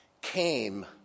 came